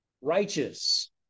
righteous